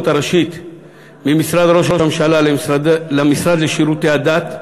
הראשית ממשרד ראש הממשלה למשרד לשירותי הדת,